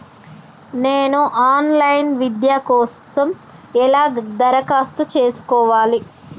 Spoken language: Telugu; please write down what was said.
నేను ఆన్ లైన్ విద్య కోసం ఎలా దరఖాస్తు చేసుకోవాలి?